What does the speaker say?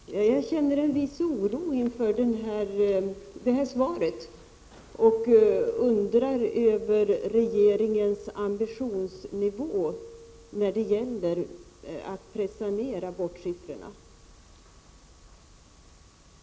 Fru talman! Jag känner en viss oro inför detta svar och undrar över regeringens ambitionsnivå när det gäller att pressa ned abortsiffrorna.